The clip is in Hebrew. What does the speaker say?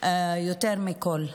יותר מכול.